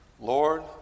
Lord